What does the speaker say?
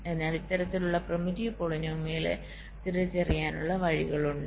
അതിനാൽ ഇത്തരത്തിലുള്ള പ്രിമിറ്റീവ് പോളിനോമിയലുകളെ തിരിച്ചറിയാനുള്ള വഴികളുണ്ട്